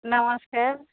ନମସ୍କାର